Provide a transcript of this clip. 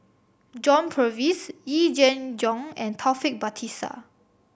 John Purvis Yee Jenn Jong and Taufik Batisah